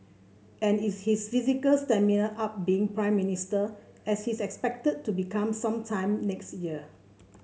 and is his physical stamina up being Prime Minister as he is expected to become some time next year